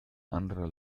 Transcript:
anderer